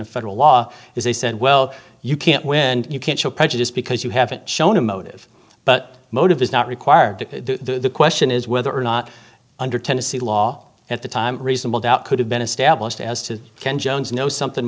of federal law is they said well you can't win and you can't show prejudice because you haven't shown a motive but motive is not required to the question is whether or not under tennessee law at the time a reasonable doubt could have been established as to ken jones knows something